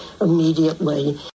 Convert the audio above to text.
immediately